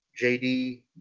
JD